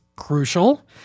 crucial